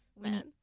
man